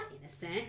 innocent